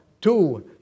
two